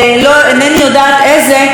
שירצה לשמוע את הדבר היותר-קיצוני,